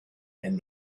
and